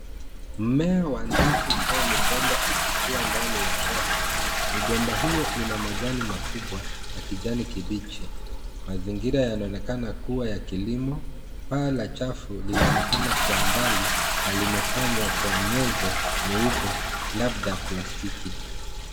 Mmea wa ndizi au migomba ikikuwa ndani ya chafu, migomba hio ina majani makubwa ya kijani kibichi mazingira yanaonekana kuwa ya kilimo, paa la chafu linaonekana kwa mbali na limefanywa kwa nyezo nyeupe labda plastiki.